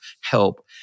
help